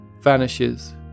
vanishes